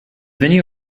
venue